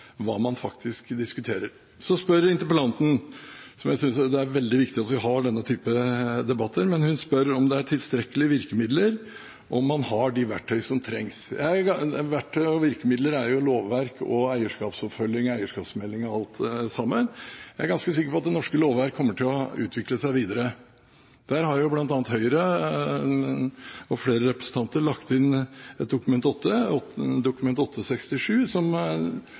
man faktisk diskuterer. Så spør interpellanten – jeg synes det er veldig viktig at vi har denne type debatter – om det er tilstrekkelige virkemidler og om man har de verktøy som trengs. Verktøy og virkemidler er jo lovverk, eierskapsoppfølging og eierskapsmelding, alt sammen. Jeg er ganske sikker på at det norske lovverk kommer til å utvikle seg videre. Blant annet har flere representanter fra Høyre fremmet et Dokument 8-forslag, Dokument 8:67 L for 2015–2016, som går på å ansvarliggjøre tredjepart i denne type handler ute, og som